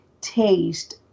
taste